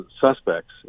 suspects